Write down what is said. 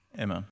Amen